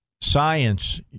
science